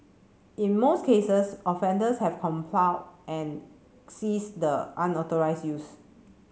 in most cases offenders have complied and ceased the unauthorised use